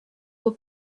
were